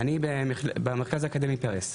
אני לומד במרכז האקדמי פרס.